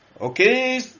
Okay